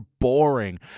boring